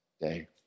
day